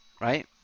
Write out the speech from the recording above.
right